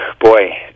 Boy